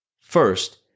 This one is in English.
First